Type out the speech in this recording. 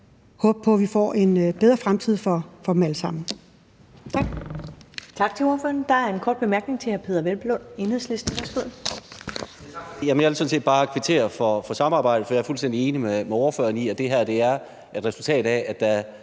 på, at vi får en bedre fremtid for dem alle sammen.